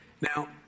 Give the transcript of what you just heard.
Now